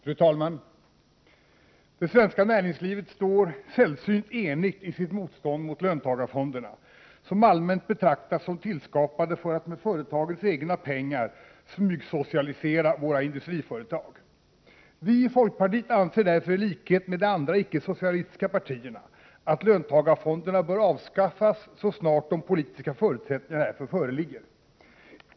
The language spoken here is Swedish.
Fru talman! Det svenska näringslivet står sällsynt enigt i sitt motstånd mot löntagarfonderna, som allmänt betraktas som tillskapade för att med företagens egna pengar smygsocialisera våra industriföretag. Vi i folkpartiet anser därför i likhet med de andra icke-socialistiska partierna, att löntagarfonderna bör avskaffas så snart de politiska förutsättningarna härför föreligger.